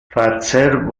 facer